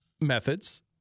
methods